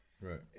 right